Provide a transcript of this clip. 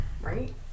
Right